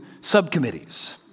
subcommittees